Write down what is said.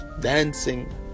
dancing